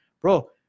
Bro